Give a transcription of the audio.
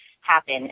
happen